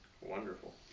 Wonderful